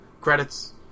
Credits